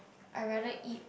I rather eat